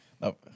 no